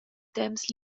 temps